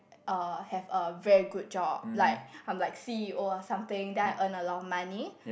uh have a very good job like I'm like C_E_O or something then I earn a lot of money